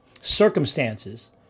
circumstances